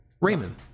raymond